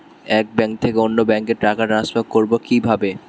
এক ব্যাংক থেকে অন্য ব্যাংকে টাকা ট্রান্সফার করবো কিভাবে?